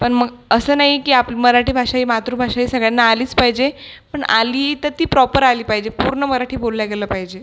पण मग असं नाही की आ मराठी भाषा ही मातृभाषा ही सगळ्यांना आलीच पाहिजे पण आली तर ती प्रॉपर आली पाहिजे पूर्ण मराठी बोललं गेलं पाहिजे